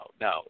no